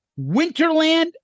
Winterland